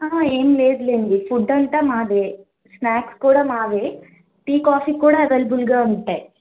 ఏం లేదులేండి ఫుడ్ అంతా మాదే స్నాక్స్ కూడా మావే టీ కాఫీ కూడా అవైలబుల్ గా ఉంటాయి